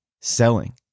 selling